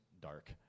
dark